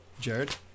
Jared